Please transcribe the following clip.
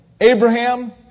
Abraham